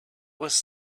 was